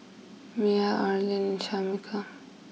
Mia Arlyne Shamika